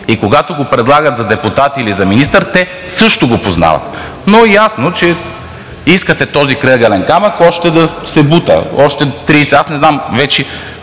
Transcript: И когато го предлагат за депутат или за министър, те също го познават. Но ясно е, че искате този крайъгълен камък още да се бута. Аз не знам вече